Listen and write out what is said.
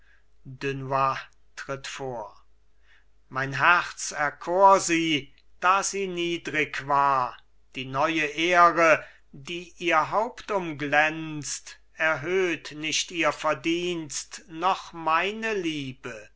dunois tritt vor mein herz erkor sie da sie niedrig war die neue ehre die ihr haupt umglänzt erhöht nicht ihr verdienst noch meine liebe